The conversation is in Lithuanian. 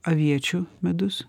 aviečių medus